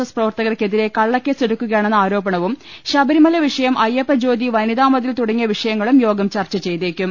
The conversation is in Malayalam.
എസ് പ്രവർത്തകർക്കെതിരെ കള്ളക്കേസ് എടുക്കുകയാണെന്ന ആരോ പണവും ശബരിമല വിഷയം അയ്യപ്പജ്യോതി വനിതാമതിൽ തുട ങ്ങിയ വിഷയങ്ങളും യോഗം ചർച്ചചെയ്തേക്കും